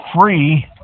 free